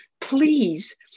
please